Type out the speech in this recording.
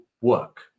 work